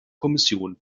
kommission